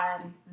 on